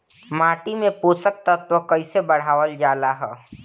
माटी में पोषक तत्व कईसे बढ़ावल जाला ह?